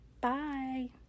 Bye